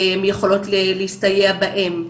שהן יכולות להסתייע בהם,